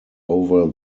over